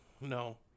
no